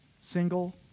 Single